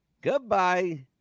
Goodbye